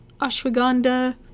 ashwagandha